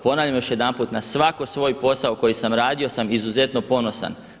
Ponavljam još jedanput, na svaki svoj posao koji sam radio sam izuzetno ponosan.